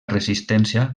resistència